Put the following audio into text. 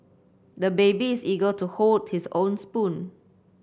the baby is eager to hold his own spoon